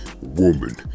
Woman